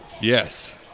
Yes